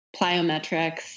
plyometrics